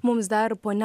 mums dar ponia